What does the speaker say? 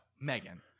Megan